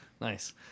Nice